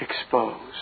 exposed